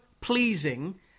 pleasing